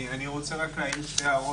אני רוצה להעיר שתי הערות,